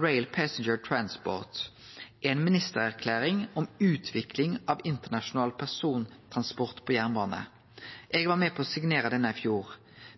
Rail Passenger Transport er ei ministererklæring om utvikling av internasjonal persontransport på jernbane. Eg var med på å signere denne i fjor.